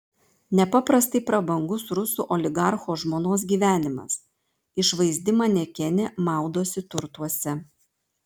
nepaprastai prabangus rusų oligarcho žmonos gyvenimas išvaizdi manekenė maudosi turtuose